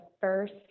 first